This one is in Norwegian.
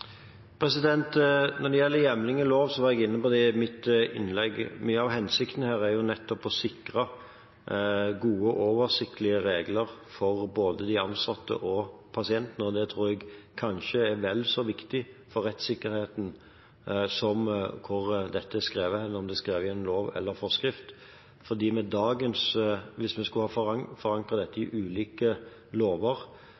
Når det gjelder hjemling i lov, var jeg inne på det i mitt innlegg. Mye av hensikten her er nettopp å sikre gode, oversiktlige regler for både de ansatte og pasientene, og det tror jeg kanskje er vel så viktig for rettssikkerheten som hvor dette er skrevet, eller om det er skrevet i en lov eller forskrift. Hvis vi skulle ha forankret dette i ulike lover, ville vi måttet søke informasjon om dette